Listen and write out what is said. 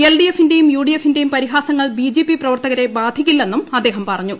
എൽഡിഎഫിന്റെയും യുഡിഎഫിന്റെയും പരിഹാസങ്ങൾ ബിജെപി പ്രവർത്തകരെ ബാധിക്കില്ലെന്നും അദ്ദേഹം പറഞ്ഞു